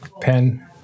Pen